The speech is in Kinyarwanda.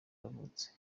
yavutse